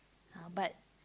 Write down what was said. uh but